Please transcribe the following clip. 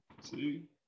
See